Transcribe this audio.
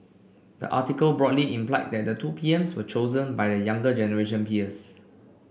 the article broadly implied that the two P Ms were chosen by their younger generation peers